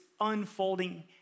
unfolding